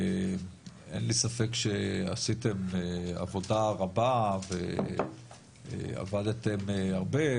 אין לי ספק שעשיתם עבודה רבה ועבדתם הרבה,